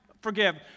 forgive